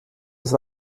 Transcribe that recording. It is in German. das